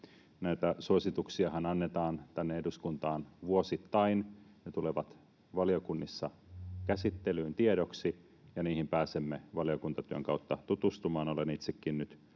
Näitä suosituksiahan annetaan tänne eduskuntaan vuosittain. Ne tulevat valiokunnissa käsittelyyn tiedoksi, ja niihin pääsemme valiokuntatyön kautta tutustumaan.